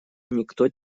никто